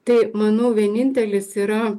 tai manau vienintelis yra